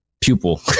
pupil